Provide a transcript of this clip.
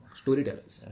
storytellers